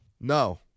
No